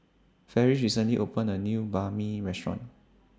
Ferris recently opened A New Banh MI Restaurant